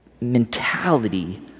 mentality